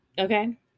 Okay